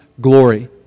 glory